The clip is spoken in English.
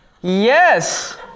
Yes